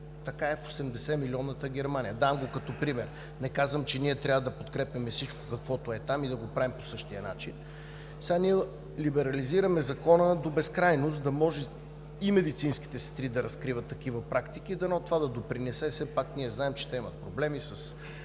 Така е в 80-милионната Германия, давам го като пример. Не казвам, че ние трябва да подкрепяме всичко каквото е там и да го правим по същия начин. Сега ние либерализираме Закона до безкрайност, за да може и медицинските сестри да разкриват такива практики и дано това да допринесе… Все пак ние знаем, че те имат проблеми с